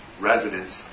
residents